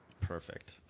Perfect